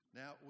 now